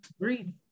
Agreed